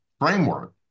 framework